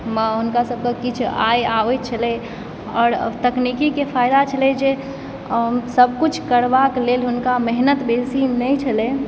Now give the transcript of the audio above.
मऽ हुनका सभकऽ किछु आय आबैत छलय आओर तकनीकीके फायदा छलय जे सभ कुछ करबाक लेल हुनका मेहनत बेसी नहि छलय